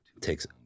takes